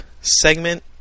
segment